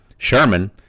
Sherman